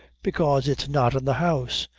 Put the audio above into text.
because it's not in the house.